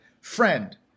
friend